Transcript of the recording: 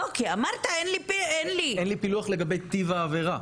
אין לי פילוח לגבי טיב העבירה.